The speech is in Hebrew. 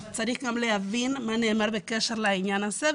אבל צריך גם להבין מה שנאמר בקשר לעניין הזה,